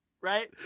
right